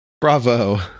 Bravo